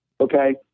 Okay